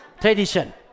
Tradition